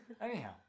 Anyhow